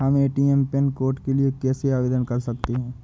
हम ATM PIN code के लिए कैसे आवेदन कर सकते हैं?